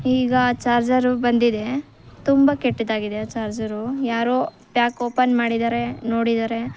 ಈಗ ಆ ಚಾರ್ಜರು ಬಂದಿದೆ ತುಂಬ ಕೆಟ್ದಾಗಿದೆ ಆ ಚಾರ್ಜರು ಯಾರೋ ಪ್ಯಾಕ್ ಓಪನ್ ಮಾಡಿದ್ದಾರೆ ನೋಡಿದ್ದಾರೆ